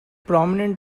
prominent